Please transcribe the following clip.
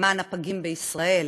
למען הפגים בישראל.